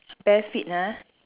bare feet ha